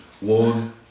One